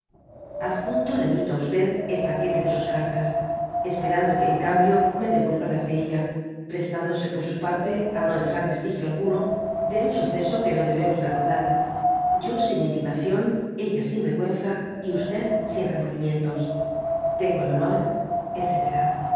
adjunto remito á el paquete de sus cartas esperando que en cambio me devuelva las de ella prestándose por su parte á no dejar vestigio alguno de un suceso que no debemos recordar yo sin indignación dby google ella sin vergüenza y y e sin remordimientos tengo el honor